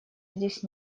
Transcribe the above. здесь